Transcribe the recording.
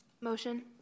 Motion